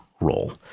role